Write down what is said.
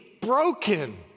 broken